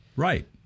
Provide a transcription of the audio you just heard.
Right